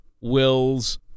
wills